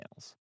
emails